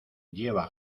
lleva